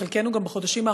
וחלקנו גם בחודשים,